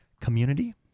community